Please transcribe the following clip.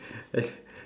eh